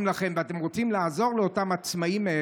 לכם ושאתם רוצים לעזור לאותם עצמאים,